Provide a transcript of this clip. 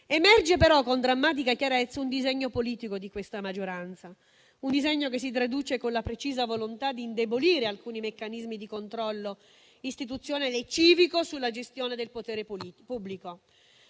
Emerge però con drammatica chiarezza un disegno politico di questa maggioranza; un disegno che si traduce con la precisa volontà di indebolire alcuni meccanismi di controllo istituzionale e civico sulla gestione del potere pubblico.